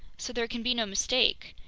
so there can be no mistake.